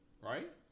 Right